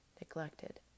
neglected